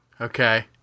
Okay